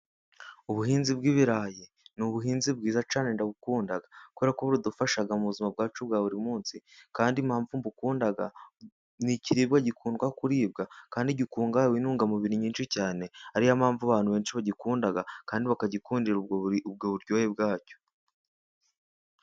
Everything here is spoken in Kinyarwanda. Ubuhinzi bw'ibirayi ni ubuhinzi bwiza cyane ndagukunda, kuko buradufashag muzima bwacu bwa buri munsi. Kandi impamvu mbukunda ni ikiribwa gikundwa kuribwa, kandi gikungahawe intungamubiri nyinshi cyane, ariyo mpamvu abantu benshi bagikunda, kandi bakagikundira ubwo buryohe bwacyo.